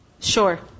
Sure